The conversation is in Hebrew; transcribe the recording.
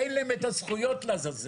תן להם את הזכויות לעזאזל.